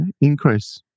increase